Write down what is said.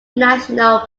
national